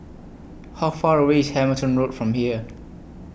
How Far away IS Hamilton Road from here